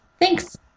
Thanks